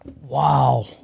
Wow